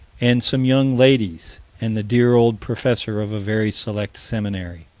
and some young ladies and the dear old professor of a very select seminary.